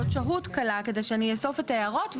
עוד שהות קלה כדי אני אסוף את ההערות.